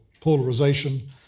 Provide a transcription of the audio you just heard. polarization